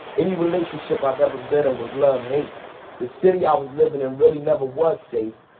any relationship i've ever been in was love-hate. the city i was living in really never was safe.